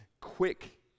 quick